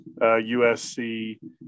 USC